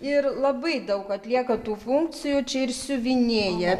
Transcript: ir labai daug atlieka tų funkcijų čia ir siuvinėja